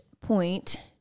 point